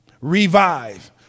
Revive